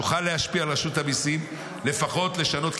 נוכל להשפיע על רשות המיסים לפחות לשנות,